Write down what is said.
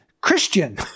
Christian